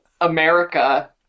America